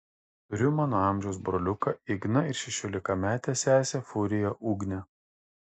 turiu mano amžiaus broliuką igną ir šešiolikametę sesę furiją ugnę